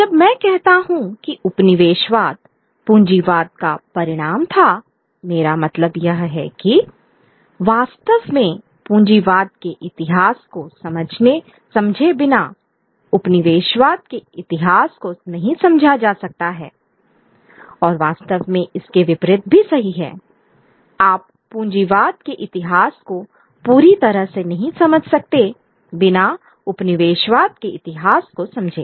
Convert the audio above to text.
जब मैं कहता हूँ कि उपनिवेशवाद पूंजीवाद का परिणाम था मेरा मतलब यह है कि वास्तव में पूंजीवाद के इतिहास को समझे बिना उपनिवेशवाद के इतिहास को नहीं समझा जा सकता है और वास्तव में इसके विपरीत भी सही है आप पूंजीवाद के इतिहास को पूरी तरह से नहीं समझ सकते बिना उपनिवेशवाद के इतिहास को समझे